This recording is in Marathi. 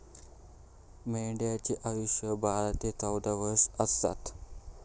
मेंढ्यांचा आयुष्य बारा ते चौदा वर्ष असता